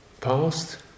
Past